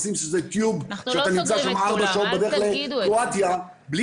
אנחנו לא סוגרים את כולם, אל תגידו את זה.